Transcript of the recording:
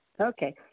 Okay